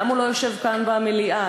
למה הוא לא יושב כאן, במליאה?